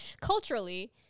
culturally